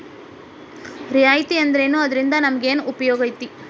ರಿಯಾಯಿತಿ ಅಂದ್ರೇನು ಅದ್ರಿಂದಾ ನಮಗೆನ್ ಉಪಯೊಗೈತಿ?